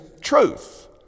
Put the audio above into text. truth